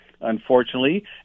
unfortunately